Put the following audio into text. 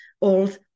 old